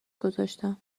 گذاشتم